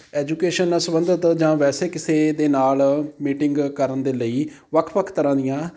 education ਨਾਲ ਸੰਬੰਧਿਤ ਜਾਂ ਵੈਸੇ ਕਿਸੇ ਦੇ ਨਾਲ ਮੀਟਿੰਗ ਕਰਨ ਦੇ ਲਈ ਵੱਖ ਵੱਖ ਤਰ੍ਹਾਂ ਦੀਆਂ